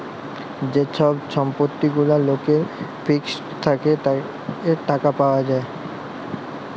যে ছব সম্পত্তি গুলা লকের ফিক্সড থ্যাকে টাকা পায়